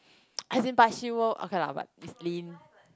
as in but she will okay lah but Evelyn